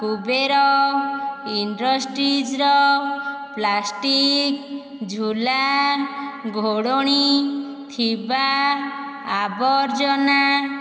କୁବେର ଇଣ୍ଡଷ୍ଟ୍ରିଜ୍ର ପ୍ଲାଷ୍ଟିକ୍ ଝୁଲା ଘୋଡ଼ଣୀ ଥିବା ଆବର୍ଜନା